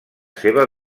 seva